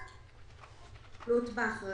והנושא